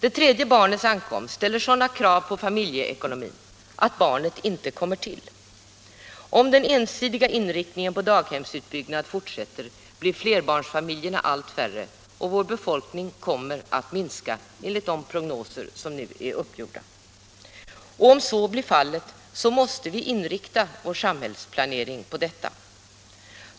Ett tredje barn ställer sådana krav på familjeekonomin att barnet inte kommer till. Om den ensidiga inriktningen på daghemsutbyggnad fortsätter blir flerbarnsfamiljerna allt färre, och vår befolkning kommer att minska enligt de prognoser som nu är gjorda. Och om så blir fallet måste vi inrikta vår samhällsplanering på detta.